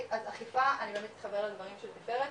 אז אכיפה אני מתחברת לדברים של תפארת,